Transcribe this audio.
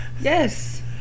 Yes